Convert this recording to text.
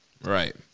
Right